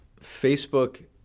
Facebook